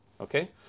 okay